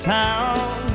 town